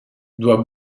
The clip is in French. doit